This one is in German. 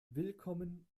willkommen